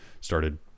started